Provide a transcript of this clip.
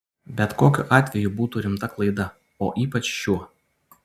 bet kokiu atveju būtų rimta klaida o ypač šiuo